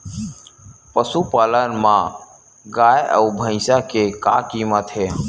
पशुपालन मा गाय अउ भंइसा के का कीमत हे?